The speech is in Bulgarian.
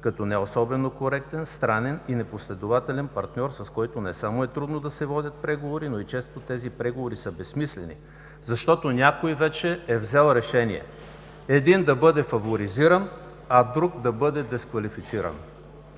като не особено коректен, странен и непоследователен партньор, с който не само е трудно да се водят преговори, но и често тези преговори за безсмислени, защото някой вече е взел решение един да бъде фаворизиран, а друг да бъде дисквалифициран.